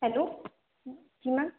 hello ji ma'am